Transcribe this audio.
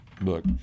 book